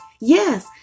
Yes